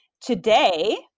Today